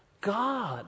God